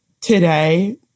today